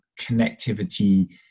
connectivity